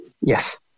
yes